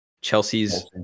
Chelsea's